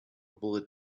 bullet